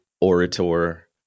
orator